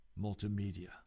Multimedia